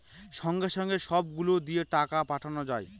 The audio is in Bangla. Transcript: সঙ্গে সঙ্গে সব গুলো দিয়ে টাকা পাঠানো যায়